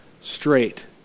straight